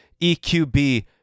EQB